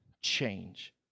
change